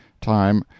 time